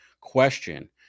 question